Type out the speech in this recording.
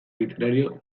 literario